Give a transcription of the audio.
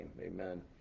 Amen